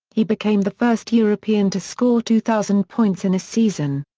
he became the first european to score two thousand points in a season.